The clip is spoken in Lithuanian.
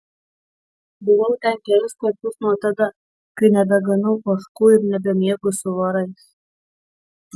buvau ten kelis kartus nuo tada kai nebeganau ožkų ir nebemiegu su vorais